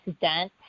dense